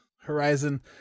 horizon